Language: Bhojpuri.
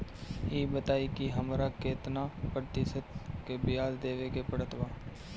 ई बताई की हमरा केतना प्रतिशत के ब्याज देवे के पड़त बा?